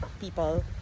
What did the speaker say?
people